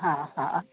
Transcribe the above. हा हा